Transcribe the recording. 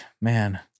Man